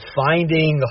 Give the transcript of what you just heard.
finding